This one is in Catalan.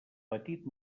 petit